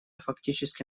фактически